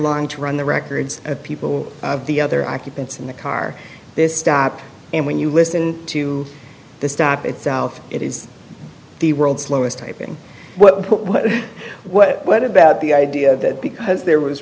long to run the records of people of the other occupants in the car this stop and when you listen to the stop itself it is the world's slowest typing what what what what about the idea that because there was